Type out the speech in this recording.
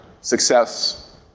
success